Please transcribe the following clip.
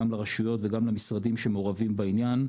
גם לרשויות וגם למשרדים שמעורבים בעניין,